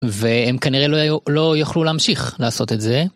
והם כנראה לא יוכלו להמשיך לעשות את זה.